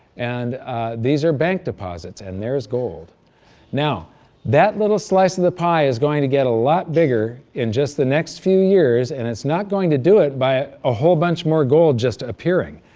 and these are bank deposits and there's gold now that little slice of the pie is going to get a lot bigger in just the next few years, and it's not going to do it by a whole bunch more gold just appearing.